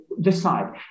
decide